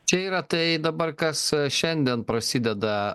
čia yra tai dabar kas šiandien prasideda